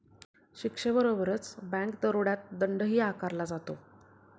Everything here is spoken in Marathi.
शिक्षेबरोबरच बँक दरोड्यात दंडही आकारला जातो